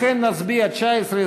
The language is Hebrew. לכן נצביע על 19,